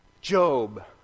Job